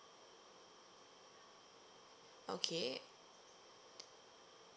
okay